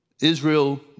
Israel